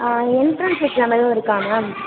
ஆ entrance exam எதுவும் இருக்கா ma'am